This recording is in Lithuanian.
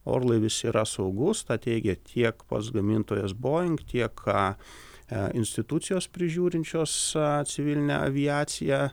orlaivis yra saugus teigia tiek pats gamintojas boing tiek institucijos prižiūrinčios civilinę aviaciją